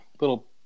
little